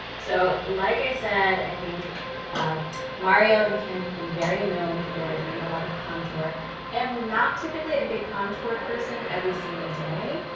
so, like i said, i think mario and kim have been very known for doing a lot of contour. i am not typically a big contour person every single day,